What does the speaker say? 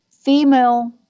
female